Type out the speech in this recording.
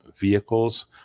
vehicles